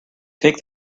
take